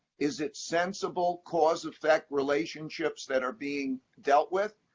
is it sensible cause-effect relationships that are being dealt with?